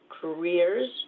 careers